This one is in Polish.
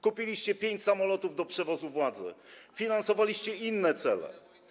Kupiliście pięć samolotów do przewozu władzy, finansowaliście inne cele.